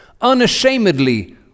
unashamedly